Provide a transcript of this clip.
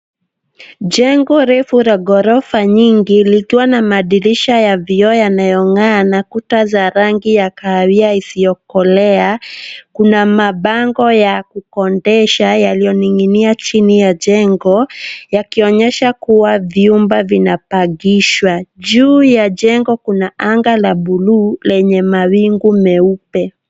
Jengo refu la ghorofa nyingi likiwa na madirisha ya vioo yanayong'aa na kuta za rangi ya kahawia isiyokolea. Kuna mabango ya kukondesha yaliyoninginia chini ya jengo yakionyesha kuwa vyumba vinapangishwa. Juu ya jengo kuna anga la buluu lenye mawingu meupe.